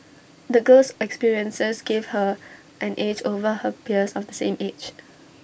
the girl's experiences gave her an edge over her peers of the same age